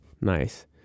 nice